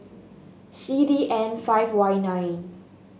C D N five Y nine